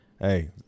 hey